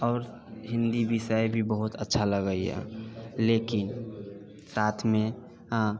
आओर हिन्दी विषय भी बहुत अच्छा लगैए लेकिन साथमे